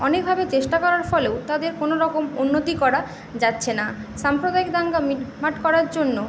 অনেকভাবে চেষ্টা করার ফলেও তাদের কোনোরকম উন্নতি করা যাচ্ছে না সাম্প্রদায়িক দাঙ্গা মিটমাট করার জন্য